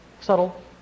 Subtle